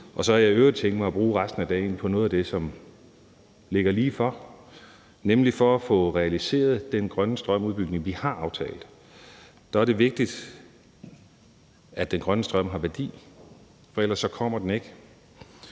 Så har jeg i øvrigt tænkt mig at bruge resten af dagen på noget af det, som ligger lige for. For at få realiseret den grønne strømudbygning, vi har aftalt, er det vigtigt, at den grønne strøm har værdi, for ellers kommer den ikke.